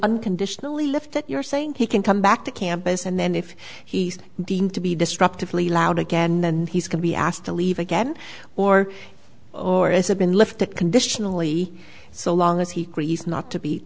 unconditionally left that you're saying he can come back to campus and then if he's deemed to be destructively loud again then he's going to be asked to leave again or or is it been left to conditionally so long as he creates not to be